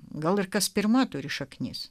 gal ir kas pirma turi šaknis